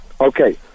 Okay